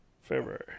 February